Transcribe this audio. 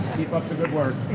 keep up the good work.